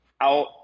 out